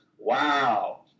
Wow